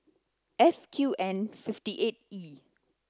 F Q N fifty eight E